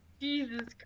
Jesus